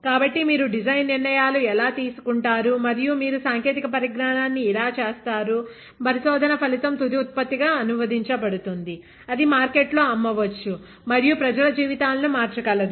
కాబట్టి మీరు డిజైన్ నిర్ణయాలు ఇలా తీసుకుంటారు మరియు మీరు సాంకేతిక పరిజ్ఞానాన్ని ఇలా చేస్తారు పరిశోధన ఫలితం తుది ఉత్పత్తి గా అనువదించబడుతుంది అది మార్కెట్లో అమ్మవచ్చు మరియు ప్రజల జీవితాలను మార్చగలదు